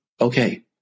okay